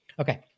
Okay